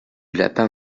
lapin